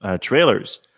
trailers